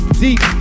deep